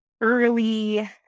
early